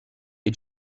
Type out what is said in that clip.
est